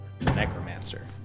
necromancer